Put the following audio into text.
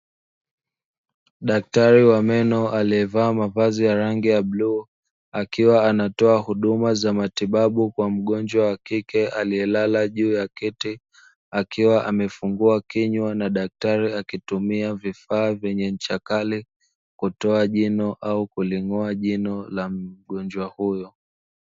Daktari wa meno alievaa mavazi ya rangi ya bluu akiwa anatoa huduma za matibabu kwa mgonjwa wa kike alielala juu ya kiti, akiwa amefungua kinywa na daktari akitumia vifaa vyenye ncha kali kutoa jino au kuling'oa jino la mgonjwa huyo.